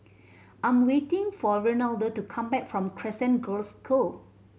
I am waiting for Reinaldo to come back from Crescent Girls' School